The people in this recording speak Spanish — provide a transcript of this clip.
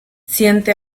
siente